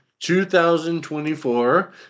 2024